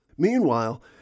Meanwhile